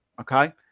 Okay